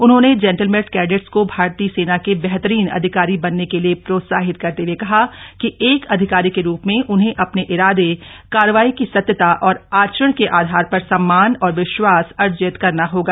उन्होंने gentleman cadets को भारतीय सेना के बेहतरीन अधिकारी बनने के लिए प्रोत्साहित करते हुए कहा कि एक अधिकारी के रूप में उन्हें अपने इरादे कार्रवाई की सत्यता और आचरण के आधार पर सम्मान और विश्वास अर्जित करना होगा